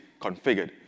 configured